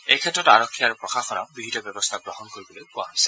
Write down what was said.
এইক্ষেত্ৰত আৰক্ষী আৰু প্ৰশাসনক বিহিত ব্যৱস্থা গ্ৰহণ কৰিবলৈ কোৱা হৈছে